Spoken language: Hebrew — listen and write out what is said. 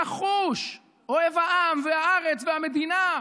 נחוש, אוהב העם והארץ והמדינה.